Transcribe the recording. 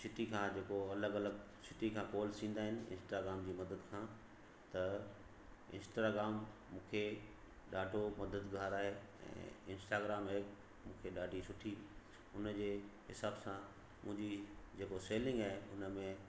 city खां जेको अलॻि अलॻि सिटी खां कॉल्स ईंदा आहिनि इंस्टाग्राम जी मदद खां त इंस्टाग्राम खे ॾाढो मददगार आए ऐं इंस्टाग्राम इहो मूंखे ॾाढी सुठी हुन जे हिसाब सां मुंहिंजी जेको सैलिंग आहे उन में